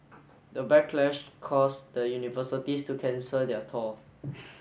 the backlash caused the universities to cancel their thaw